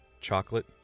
Chocolate